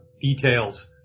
details